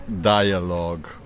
dialogue